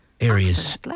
areas